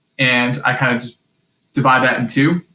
and i kind of just divide that in two,